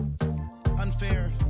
unfair